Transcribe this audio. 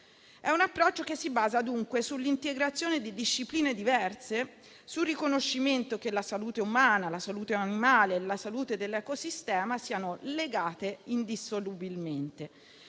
*One Health*, che si basa dunque sull'integrazione di discipline diverse e sul riconoscimento del fatto che la salute umana, la salute animale e la salute dell'ecosistema siano legate indissolubilmente.